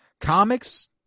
Comics